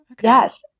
yes